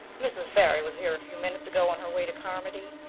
mrs. barry was here a few minutes ago on her way to carmody.